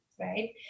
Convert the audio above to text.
right